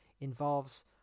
involves